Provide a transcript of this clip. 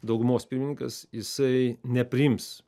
daugumos pirmininkas jisai nepriims